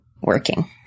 working